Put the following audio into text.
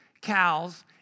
cows